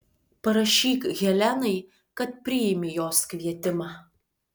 parašyk helenai kad priimi jos kvietimą